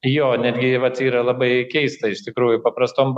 jo netgi vat yra labai keista iš tikrųjų paprastom